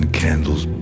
candles